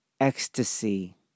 ecstasy